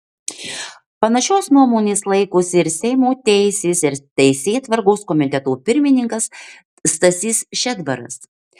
panašios nuomonės laikosi ir seimo teisės ir teisėtvarkos komiteto pirmininkas stasys šedbaras